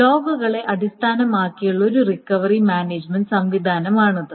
ലോഗുകളെ അടിസ്ഥാനമാക്കിയുള്ള ഒരു recovery management സംവിധാനമാണിത്